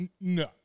No